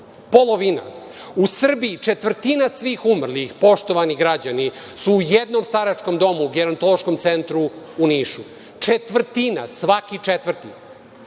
Polovina.U Srbiji četvrtina svih umrlih, poštovani građani su u jednom staračkom domu, Gerantološkom centru u Nišu. Četvrtina, svaki četvrti,